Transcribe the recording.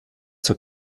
zur